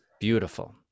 Beautiful